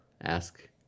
ask